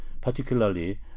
particularly